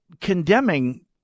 condemning